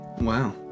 Wow